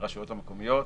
הרשויות המקומיות,